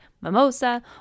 mimosa